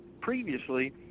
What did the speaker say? previously